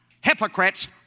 Hypocrites